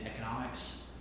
economics